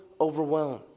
overwhelmed